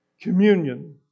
communion